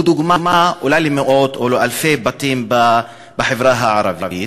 היא דוגמה אולי למאות או אלפי בתים בחברה הערבית.